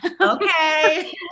Okay